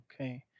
okay